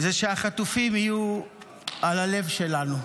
הוא שהחטופים יהיו על הלב שלנו,